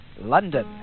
London